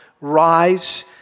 rise